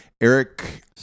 Eric